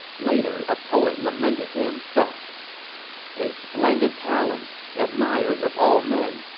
later, a poet lamented him thus a splendid talent, admired of all men!